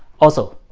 also,